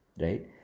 right